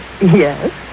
Yes